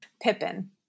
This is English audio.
Pippin